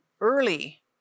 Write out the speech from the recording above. early